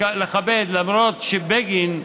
לכבד, למרות שבגין אמר,